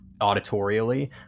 auditorially